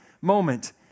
moment